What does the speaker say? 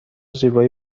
زیبایی